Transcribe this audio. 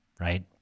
right